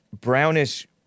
brownish